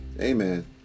Amen